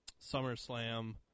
SummerSlam